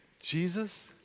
Jesus